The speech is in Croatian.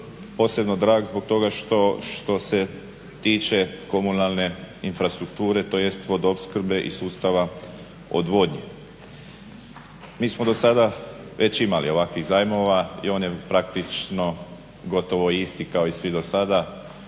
posebno drag zbog toga što se tiče komunalne infrastrukture, tj. vodo opskrbe i sustava odvodnje. Mi smo do sada već imali ovakvih zajmova i on je praktično gotovo isti kao i svi dosada.